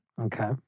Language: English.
Okay